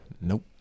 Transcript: Nope